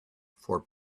for